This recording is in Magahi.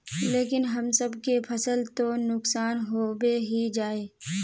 लेकिन हम सब के फ़सल तो नुकसान होबे ही जाय?